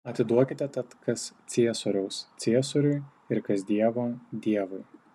atiduokite tad kas ciesoriaus ciesoriui ir kas dievo dievui